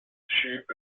schrieb